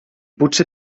potser